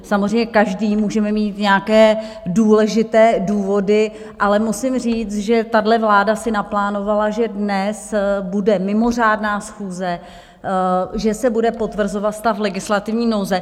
Samozřejmě každý můžeme mít nějaké důležité důvody, ale musím říct, že tahle vláda si naplánovala, že dnes bude mimořádná schůze, že se bude potvrzovat stav legislativní nouze.